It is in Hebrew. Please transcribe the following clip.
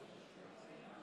59